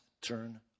turn